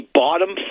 bottom